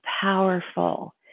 powerful